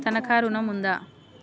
తనఖా ఋణం ఉందా?